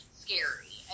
scary